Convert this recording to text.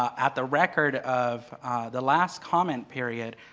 at the record of the last comment period,